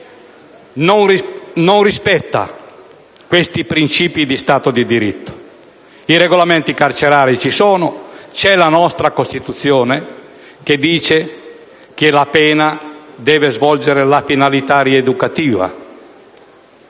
non rispetta questi principi di Stato di diritto. I regolamenti carcerari ci sono e c'è la nostra Costituzione che dice che la pena deve avere una finalità rieducativa.